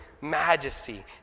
majesty